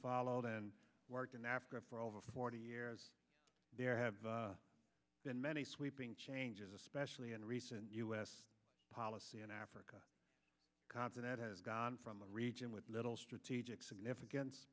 followed and worked in africa for over forty years there have been many sweeping changes especially in recent u s policy in africa continent has gone from a region with little strategic significance